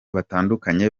batandukanye